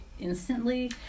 instantly